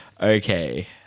okay